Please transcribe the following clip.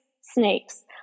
snakes